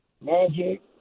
Magic